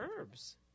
herbs